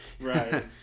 Right